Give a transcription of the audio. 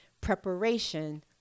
Preparation